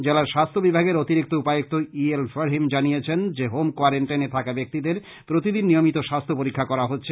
জেলার স্বাস্থ্য বিভাগের অতিরিক্ত উপায়ুক্ত ই এল ফারহিম জানিয়েছেন যে হোম কোয়ারেনটাইনে থাকা ব্যাক্তিদের প্রতিদিন নিয়মিত স্বাস্থ্য পরীক্ষা করা হচ্ছে